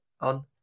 on